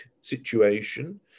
situation